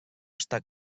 està